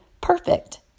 perfect